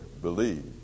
believe